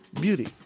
beauty